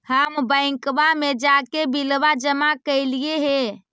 हम बैंकवा मे जाके बिलवा जमा कैलिऐ हे?